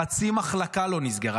חצי מחלקה לא נסגרה.